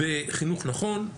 בחינוך נכון,